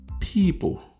people